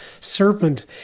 serpent